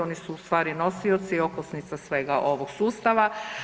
Oni su u stvari nosioci i okosnica svega ovog sustava.